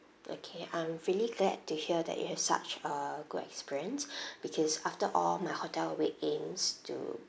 okay I'm really glad to hear that you have such a good experience because after all my hotel we aim to